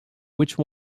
which